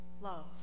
love